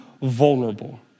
vulnerable